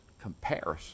comparison